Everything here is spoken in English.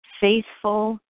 faithful